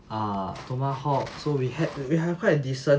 ah tomahawk so we had we have quite decent